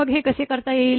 मग हे कसे करता येईल